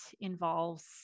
involves